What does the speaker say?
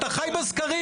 אתה חי בסקרים.